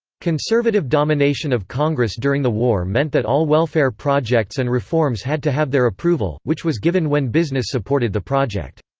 conservative domination of congress during the war meant that all welfare projects and reforms had to have their approval, which was given when business supported the project.